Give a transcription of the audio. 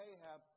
Ahab